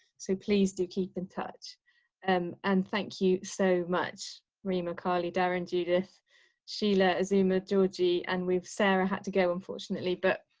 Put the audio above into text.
so please do keep in touch um and thank you so much re mccarley, darren, judith sheila azuma georgiann. and we've sarah had to go unfortunately, but.